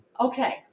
Okay